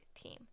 team